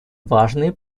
важные